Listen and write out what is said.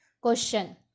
Question